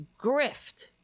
grift